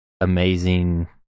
amazing